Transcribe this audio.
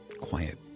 quiet